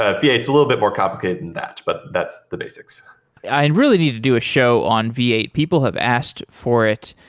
ah v eight is a little bit more complicated that, but that's the basics i and really need to do a show on v eight. people have asked for it.